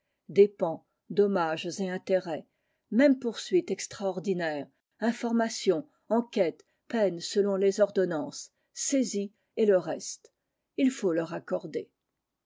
dépens dommages et intérêts même poursuite extraordinaire information enquête peines selon les ordonnances saisie et le reste il faut leur accorder